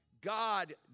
God